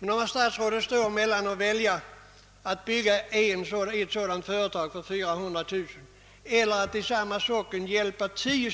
Vad väljer statsrådet om han har att bygga ett stort fabriksmässigt företag för 400 000 kronor eller att i samma socken hjälpa tio